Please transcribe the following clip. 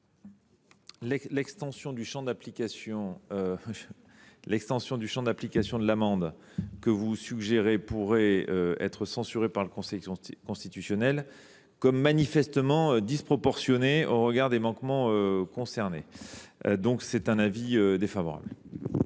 extension du champ d’application de l’amende pourrait être censurée par le Conseil constitutionnel comme manifestement disproportionnée au regard des manquements concernés. Avis défavorable.